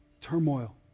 turmoil